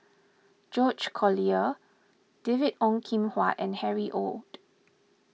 George Collyer David Ong Kim Huat and Harry Ord